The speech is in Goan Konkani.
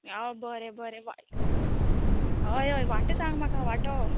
आं बरें बरें बरें होय होय वाटो सांग म्हाका वांटो